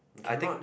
I think